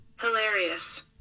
Hilarious